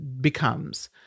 becomes